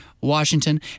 washington